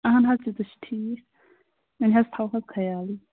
اَہَن حظ تِتہِ چھُ ٹھیٖک وۅنۍ حظ تھاوہوکھ خیالٕے